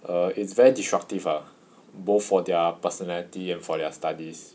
err it's very disruptive err both for their personality and for their studies